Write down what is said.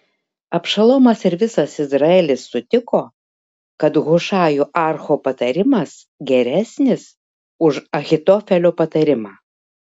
abšalomas ir visas izraelis sutiko kad hušajo archo patarimas geresnis už ahitofelio patarimą